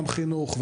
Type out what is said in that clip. גם חינוך,